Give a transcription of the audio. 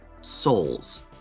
Souls